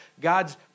God's